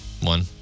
One